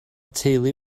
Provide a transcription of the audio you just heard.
teulu